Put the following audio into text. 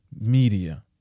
media